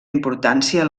importància